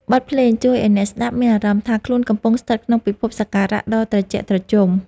បទភ្លេងជួយឱ្យអ្នកស្ដាប់មានអារម្មណ៍ថា ខ្លួនកំពុងស្ថិតក្នុងពិភពសក្ការៈដ៏ត្រជាក់ត្រជុំ។